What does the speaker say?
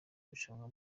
irushanwa